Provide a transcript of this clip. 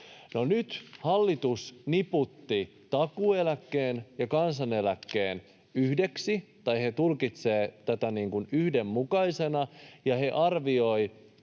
nyt hallitus niputti takuueläkkeen ja kansaneläkkeen yhdeksi, tai he tulkitsevat tätä yhdenmukaisena, ja he arvioivat,